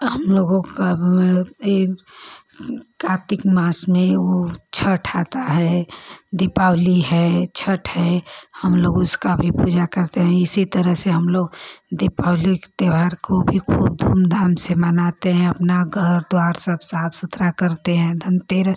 हम लोगों का यह कार्तिक मास में वह छठ आता है दीपावली है छठ है हम लोग उसका भी पूजा करते हैं इसी तरह से हम लोग दीपावली के त्योहार को भी खूब धूम धाम से मनाते हैं अपना घर द्वार सब साफ़ सुथरा करते हैं धनतेरस